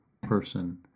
person